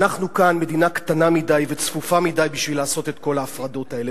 אנחנו כאן מדינה קטנה מדי וצפופה מדי בשביל לעשות את כל ההפרדות האלה.